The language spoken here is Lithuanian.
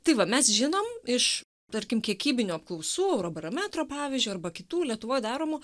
tai va mes žinom iš tarkim kiekybinių apklausų eurobarometro pavyzdžio arba kitų lietuvoj daromų